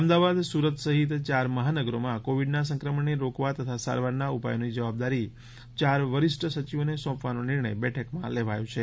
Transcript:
અમદાવાદ સુરત સહિત ચાર મહાનગરોમાં કોવિડના સંક્રમણને રોકવા તથા સારવારના ઉપાયોની જવાબદારી યાર વરિષ્ઠ સચિવોને સોંપવાનો નિર્ણય બેઠકમાં લેવાયો છે